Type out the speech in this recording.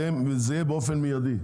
וזה יהיה באופן מיידי.